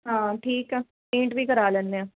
ਹਾਂ ਠੀਕ ਆ ਪੇਂਟ ਵੀ ਕਰਾ ਲੈਂਦੇ ਹਾਂ